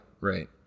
Right